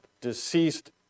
deceased